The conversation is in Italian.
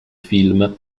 film